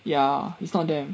ya it's not them